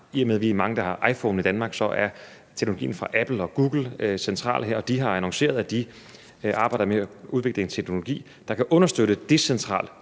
i og med at vi er mange i Danmark, der har iPhone, er teknologien fra Apple og Google central her, og de har annonceret, at de arbejder med at udvikle en teknologi, der kan understøtte decentral